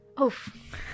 Oof